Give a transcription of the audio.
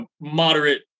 moderate